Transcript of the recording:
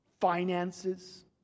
Finances